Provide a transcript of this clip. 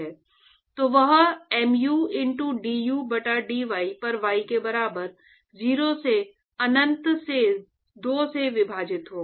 तो वह mu into du बटा dy पर y के बराबर 0 से अनंत से 2 से विभाजित होगा